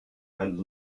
and